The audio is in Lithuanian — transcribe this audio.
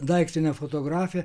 daiktinę fotografiją